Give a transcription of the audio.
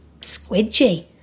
squidgy